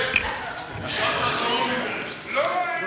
לא.